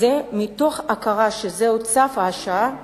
זה מתוך הכרה שזהו צו השעה,